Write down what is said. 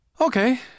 Okay